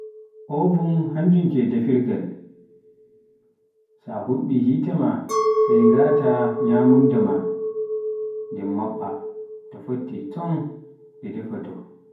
Ovum hannjum ke dafirgal, ta huɓɓi hiteema sai ngaata nyamundaa maa ndem maɓɓa, so foptii tom hey ngarta ko ndem ndi ɓendi.